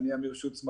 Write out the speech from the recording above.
אני אמיר שוצמן,